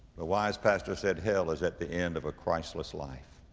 the wise pastor said, hell is at the end of a christless life.